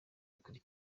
kuri